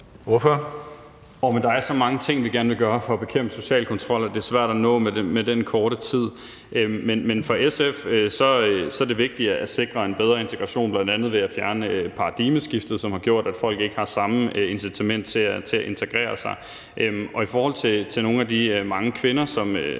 Der er så mange ting, vi gerne vil gøre for at bekæmpe social kontrol, at det er svært at nå at nævne dem på den korte tid, man har. Men for SF er det vigtigt at sikre en bedre integration bl.a. ved at fjerne paradigmeskiftet, som har gjort, at folk ikke har samme incitament til at integrere sig. Og i forhold til nogle af de mange kvinder, som